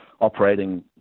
operating